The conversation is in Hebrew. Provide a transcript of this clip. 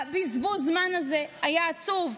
בזבוז הזמן הזה היה עצוב,